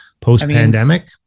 post-pandemic